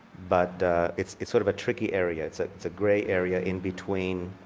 but it's it's sort of a tricky area. it's ah it's a gray area in between